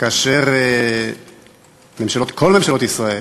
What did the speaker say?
כאשר כל ממשלות ישראל,